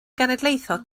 genedlaethol